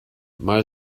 mal